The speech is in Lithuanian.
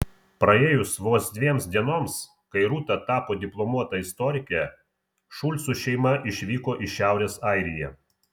praėjus vos dviems dienoms kai rūta tapo diplomuota istorike šulcų šeima išvyko į šiaurės airiją